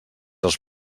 als